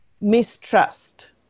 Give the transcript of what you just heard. mistrust